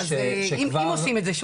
אז אם עושים את זה,